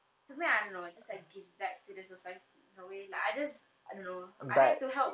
to me I don't know it just like give back to the society in a way lah I just I don't know I like to help